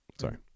Sorry